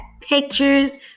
pictures